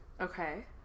Okay